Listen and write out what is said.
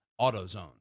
AutoZone